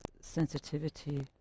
sensitivity